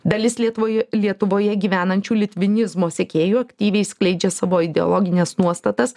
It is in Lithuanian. dalis lietuvoje lietuvoje gyvenančių litvinizmo sekėjų aktyviai skleidžia savo ideologines nuostatas